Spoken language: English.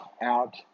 out